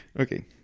Okay